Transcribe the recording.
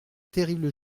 terrible